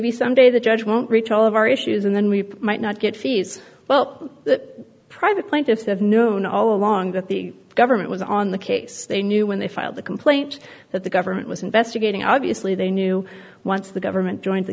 maybe someday the judge won't reach all of our issues and then we might not get fees well that private plaintiffs have known all along that the government was on the case they knew when they filed the complaint that the government was investigating obviously they knew once the government joined the